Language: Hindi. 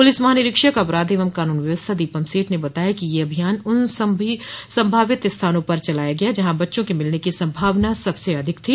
पुलिस महानिरीक्षक अपराध एवं कानून व्यवस्था दीपम सेठ ने बताया कि यह अभियान उन सभी संभावित स्थानों पर चलाया गया जहां बच्चों के मिलने की संभावना सबसे अधिक थी